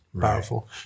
Powerful